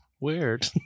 weird